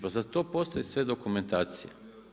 Pa za to postoje sve dokumentacije.